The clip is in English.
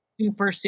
super